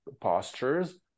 postures